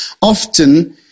Often